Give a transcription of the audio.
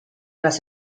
las